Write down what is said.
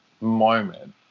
moment